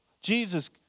Jesus